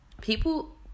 people